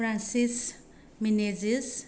Francis Menezes